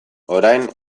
orain